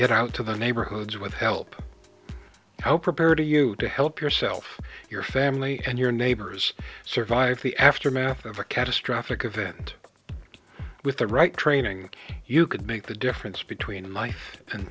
get out to the neighborhoods with help how prepared are you to help yourself your family and your neighbors survive the aftermath of a catastrophic event with the right training you could make the difference between life and